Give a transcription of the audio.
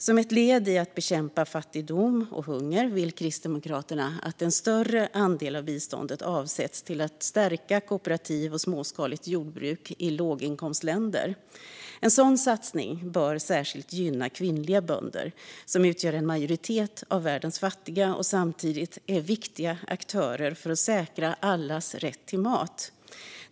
Som ett led i att bekämpa fattigdom och hunger vill Kristdemokraterna att en större andel av biståndet avsätts till att stärka kooperativ och småskaligt jordbruk i låginkomstländer. En sådan satsning bör särskilt gynna kvinnliga bönder, som utgör en majoritet av världens fattiga och samtidigt är viktiga aktörer för att säkra allas rätt till mat.